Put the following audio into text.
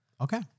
Okay